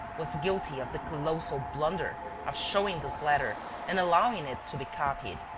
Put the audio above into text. was guilty of the colossal blunder of showing this letter and allowing it to be copied.